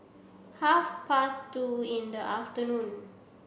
half past two in the afternoon